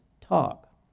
talk